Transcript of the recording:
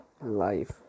life